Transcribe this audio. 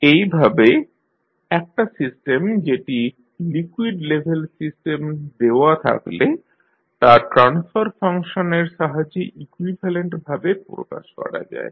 এইভাবে একটা সিস্টেম যেটি লিকুইড লেভেল সিস্টেম দেওয়া থাকলে তা' ট্রান্সফার ফাংশানের সাহায্যে ইকুইভ্যালেন্টভাবে প্রকাশ করা যায়